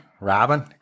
Robin